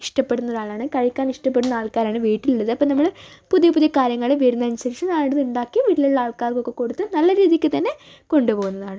ഇഷ്ടപ്പെടുന്നൊരാളാണ് കഴിക്കാൻ ഇഷ്ടപ്പെടുന്നൊരാൾക്കാരാണ് വീട്ടിലുള്ളത് അപ്പം നമ്മള് പുതിയ പുതിയ കാര്യങ്ങള് വരുന്നതനുസരിച്ച് ഞാനതുണ്ടാക്കി വീട്ടിലുള്ള ആൾക്കാർക്കൊക്കെ കൊടുത്ത് നല്ല രീതിയ്ക്ക് തന്നെ കൊണ്ടുപോവുന്നതാണ്